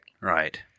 Right